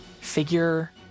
figure